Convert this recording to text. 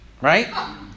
right